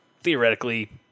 theoretically